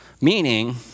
Meaning